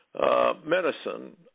medicine